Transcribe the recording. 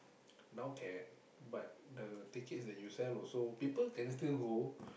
now can but the tickets that you sell also people can still go